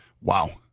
wow